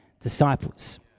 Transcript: disciples